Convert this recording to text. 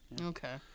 Okay